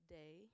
day